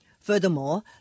Furthermore